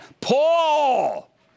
Paul